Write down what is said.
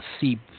seep